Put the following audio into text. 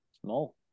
Small